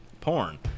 porn